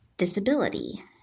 disability